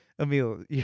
Emil